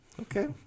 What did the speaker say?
okay